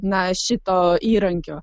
na šito įrankio